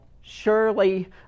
Surely